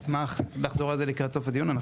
לקראת סוף הדיון.